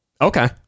Okay